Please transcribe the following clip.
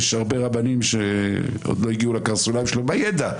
יש הרבה רבנים שעוד לא הגיעו לקרסוליים שלו בידע.